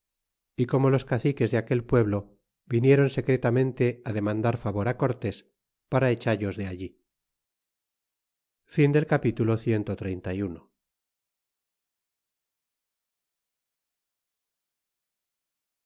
y como los caciques de aquel pueblo viniéron secretamente demandar favor cortés para echallos de allí capitulo